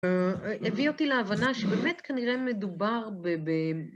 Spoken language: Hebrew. הביא אותי להבנה שבאמת כנראה מדובר ב...